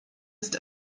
ist